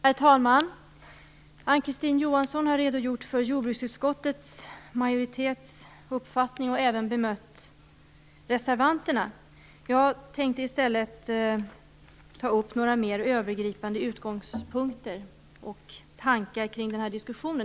Herr talman! Ann-Kristine Johansson har redogjort för majoritetens uppfattning i jordbruksutskottet och även bemött reservanterna. Jag tänkte i stället ta upp några mer övergripande utgångspunkter och tankar kring den här diskussionen.